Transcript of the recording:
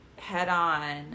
head-on